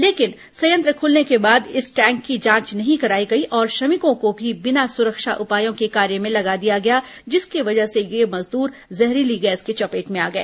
लेकिन संयंत्र खुलने के बाद इस टैंक की जांच नहीं कराई गई और श्रमिकों को भी बिना सुरक्षा उपायों के कार्य में लगा दिया गया जिसकी वजह से ये मजदर जहरीली गैस की चपेट में आ गए